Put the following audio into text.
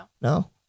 no